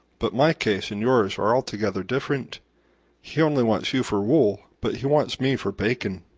but my case and yours are altogether different he only wants you for wool, but he wants me for bacon.